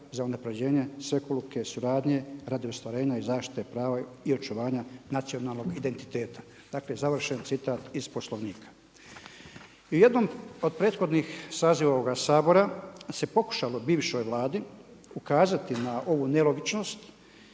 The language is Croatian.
za unapređenje svekolike suradnje radi ostvarenja i zaštite prava i očuvanja nacionalnog identiteta. Dakle završen citat iz Poslovnika. I u jednom od prethodni saziva ovoga Sabora se pokušalo bivšoj Vladi ukazati na ovu nelogičnost